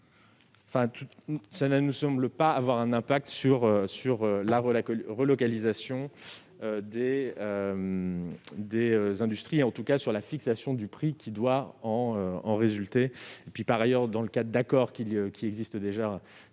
Cela ne nous semble pas avoir une incidence sur la relocalisation des industries, en tout cas sur la fixation du prix qui doit en résulter. Qui plus est, dans le cadre d'accords qui existent déjà, ce sont